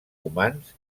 humans